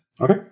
Okay